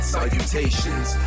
Salutations